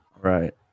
Right